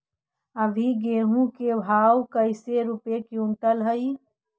अभी गेहूं के भाव कैसे रूपये क्विंटल हई?